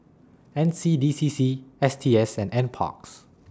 N C D C C S T S and N Parks